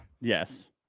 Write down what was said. Yes